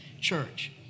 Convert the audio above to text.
church